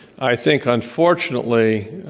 i think unfortunately